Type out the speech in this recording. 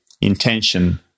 intention